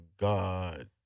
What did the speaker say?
god